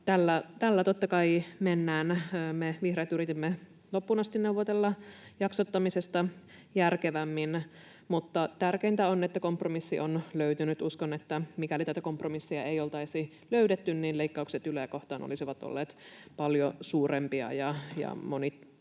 tällä totta kai mennään. Me vihreät yritimme loppuun asti neuvotella jaksottamisesta järkevämmin, mutta tärkeintä on, että kompromissi on löytynyt. Uskon, että mikäli tätä kompromissia ei oltaisi löydetty, niin leikkaukset Yleä kohtaan olisivat olleet paljon suurempia. Moni puolue